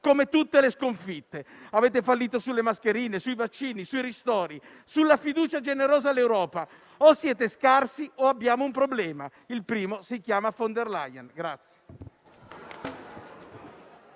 come tutte le sconfitte. Avete fallito sulle mascherine, sui vaccini, sui ristori, sulla fiducia generosa all'Europa. O siete scarsi o abbiamo un problema: il primo si chiama von der Leyen.